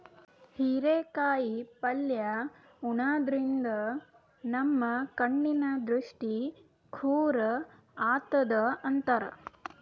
ಹಿರೇಕಾಯಿ ಪಲ್ಯ ಉಣಾದ್ರಿನ್ದ ನಮ್ ಕಣ್ಣಿನ್ ದೃಷ್ಟಿ ಖುರ್ ಆತದ್ ಅಂತಾರ್